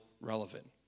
relevant